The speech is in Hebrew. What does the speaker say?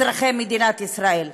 אזרחי מדינת ישראל.